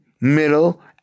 middle